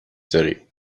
داری